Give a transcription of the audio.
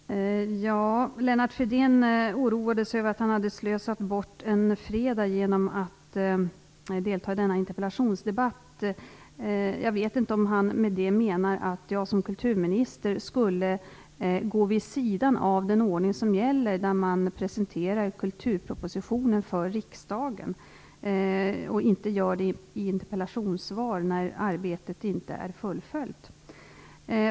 Fru talman! Lennart Fridén oroade sig över att han hade slösat bort en fredag genom att delta i denna interpellationsdebatt. Jag vet inte om han med det menar att jag som kulturminister skulle gå vid sidan av den ordning som gäller, nämligen att man presenterar kulturpropositionen för riksdagen och inte i ett interpellationssvar innan arbetet är fullföljt.